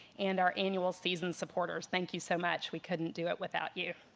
and our annual season supporters, thank you so much, we couldn't do it without you.